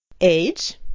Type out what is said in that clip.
Age